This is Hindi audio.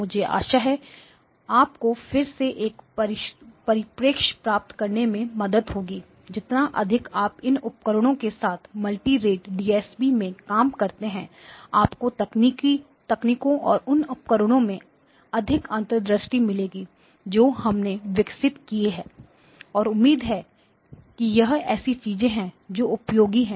मुझे आशा है कि आप को फिर से एक परिप्रेक्ष्य प्राप्त करने में मदद होगी जितना अधिक आप इन उपकरणों के साथ मल्टीरेट डीएसपी में काम करते हैं आपको तकनीकों और उन उपकरणों में अधिक अंतर्दृष्टि मिलेगी जो हमने विकसित किए हैं और उम्मीद है कि ये ऐसी चीजें हैं जो उपयोगी हैं